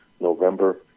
November